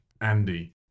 Andy